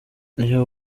reba